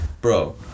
Bro